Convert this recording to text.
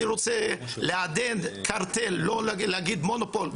אני רוצה לעדן לא להגיד קרטל להגיד מונופול,